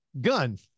gun